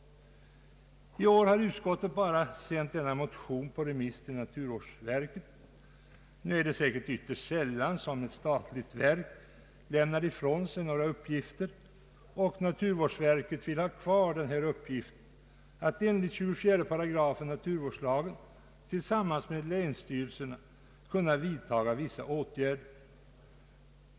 I år har utskottet bara sänt motionen på remiss till naturvårdsverket. Det är säkert ytterst sällan som ett statligt verk lämnar ifrån sig några uppgifter, och naturvårdsverket vill ha kvar uppgiften att enligt naturvårdslagens 24 8 tillsammans med respektive länsstyrelse kunna vidta vissa åtgärder.